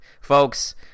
Folks